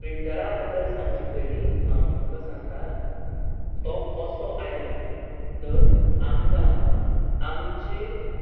प्रिंटरा बद्दल सांगचे पयलीं हांव तुमकां सांगतां तो कसो आयलो तर आमकां आमचे